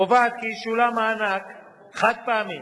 קובעת כי ישולם מענק חד-פעמי